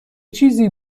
چیزی